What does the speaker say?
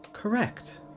correct